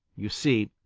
you see,